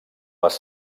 les